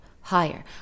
higher